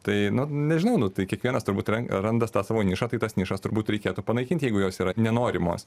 tai nu nežinau nu tai kiekvienas turbūt yra randas tą savo nišą tai tas nišas turbūt reikėtų panaikinti jeigu jos yra nenorimos